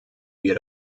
wir